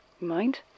mind